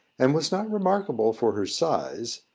and was not remarkable for her size,